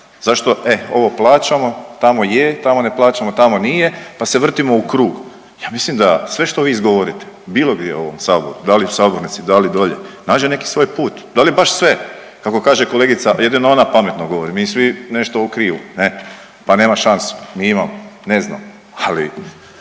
zašto e ovo plaćamo, tamo je, tamo ne plaćamo, tamo nije, pa se vrtimo u krug. Ja mislim da sve što vi izgovorite bilo gdje u ovom saboru da li u sabornici, da li dolje, nađe neki svoj put, da li je baš sve kako kaže kolegica, jedino ona pametno govori, mi svi nešto u krivu ne, pa nema šansi, mi imamo, ne znam, ali